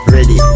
Ready